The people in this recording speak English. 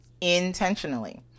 intentionally